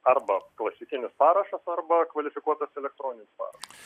arba klasikinis parašas arba kvalifikuotas elektroninis parašas